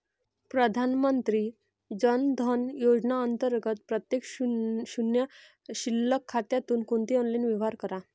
प्रधानमंत्री जन धन योजना अंतर्गत प्रत्येक शून्य शिल्लक खात्यातून कोणतेही ऑनलाइन व्यवहार करा